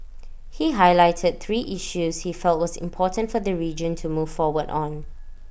he highlighted three issues he felt was important for the region to move forward on